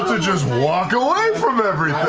ah just walk away from everything.